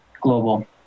Global